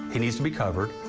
he needs to be covered.